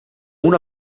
una